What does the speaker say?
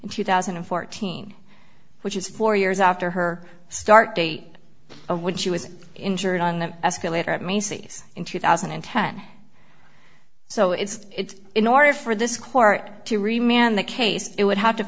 two thousand and fourteen which is four years after her start date of when she was injured on the escalator at macy's in two thousand and ten so it's in order for this court to remain on the case it would have to